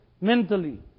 mentally